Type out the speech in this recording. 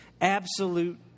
absolute